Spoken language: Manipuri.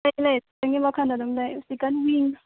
ꯂꯩ ꯂꯩ ꯆꯤꯛꯀꯟꯒꯤ ꯃꯈꯜꯗ ꯑꯗꯨꯃ ꯂꯩ ꯆꯤꯛꯀꯟ ꯋꯤꯡꯁ